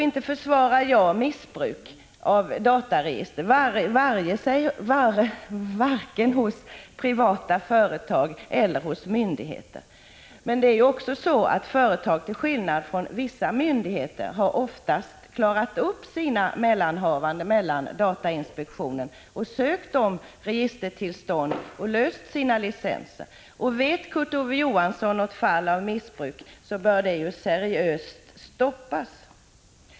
Inte försvarar jag missbruk av dataregister — varken hos privata företag eller hos myndigheter. Men företag har till skillnad från vissa myndigheter oftast klarat upp sina mellanhavanden med datainspektionen och ansökt om registertillstånd samt löst sina licenser. Känner Kurt Ove Johansson till något fall av missbruk, så bör det seriöst stoppas.